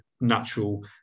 natural